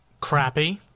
crappy